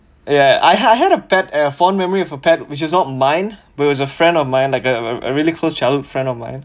ya I had had a pet a fond memory of a pet which is not mine but was a friend of mine like a really close childhood friend of mine